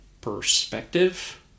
perspective